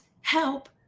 help